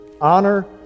Honor